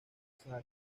shah